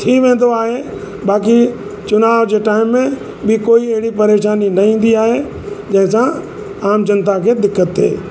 थी वेंदो आहे बाक़ी चुनाव जे टाइम में ॿी कोई अहिड़ी परेशानी न ईंदी आहे जंहिंसां आम जनता खे दिक़त थिए